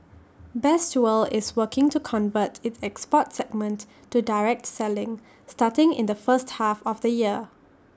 best world is working to convert its export segment to direct selling starting in the first half of the year